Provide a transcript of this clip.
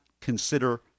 consider